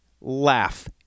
Laugh